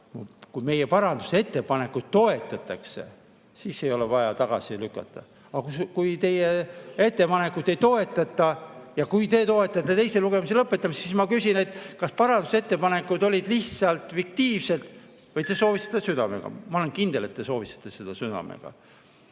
kui meie parandusettepanekuid toetatakse, siis ei ole vaja tagasi lükata. Kui teie ettepanekuid ei toetata ja te toetate ikkagi teise lugemise lõpetamist, siis ma küsin, kas parandusettepanekud olid lihtsalt fiktiivsed või te soovisite südamest [midagi muuta]. Ma olen kindel, et te soovisite seda südamest.